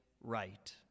right